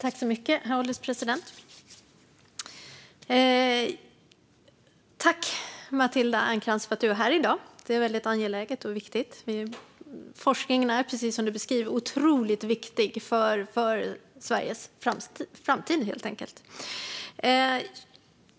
Herr ålderspresident! Tack, Matilda Ernkrans, för att du är här i dag! Det är väldigt angeläget och viktigt. Forskning är precis som du beskriver otroligt viktigt för Sveriges framtid.